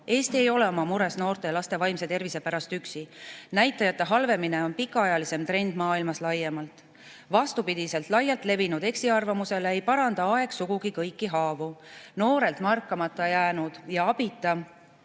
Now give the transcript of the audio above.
ei ole oma mures noorte ja laste vaimse tervise pärast üksi. Näitajate halvenemine on pikaajalisem trend maailmas laiemalt. Vastupidiselt laialt levinud eksiarvamusele ei paranda aeg sugugi kõiki haavu. Noorelt märkamata ja abita